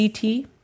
ct